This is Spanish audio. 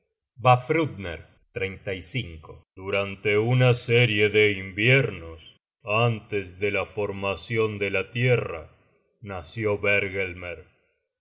del tiempo vafthrudner durante una serie de inviernos antes de la formacion de la tierra nació bergelmer thrud gelmer